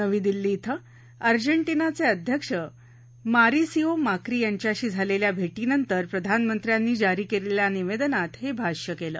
नवी दिल्ली धिं अजेंटिनाचे अध्यक्ष मॉरिसिओ माक्री यांच्यांशी झालेल्या भेटीनंतर प्रधानमंत्र्यांनी जारी केलेल्या निवेदनात हे भाष्य केलं